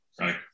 right